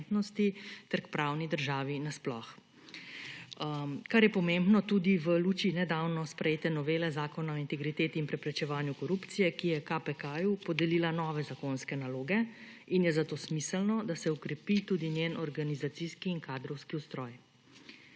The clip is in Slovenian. ter k pravni državi nasploh, kar je pomembno tudi v luči nedavno sprejete novele Zakona o integriteti in preprečevanju korupcije, ki je KPK podelila nove zakonske naloge, in je zato smiselno, da se okrepi tudi njen organizacijski in kadrovski ustroj.